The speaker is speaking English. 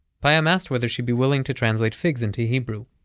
payam asked whether she'd be willing to translate figs into hebrew.